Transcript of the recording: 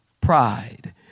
pride